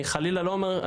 אני חלילה לא אומר,